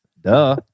Duh